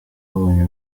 babonye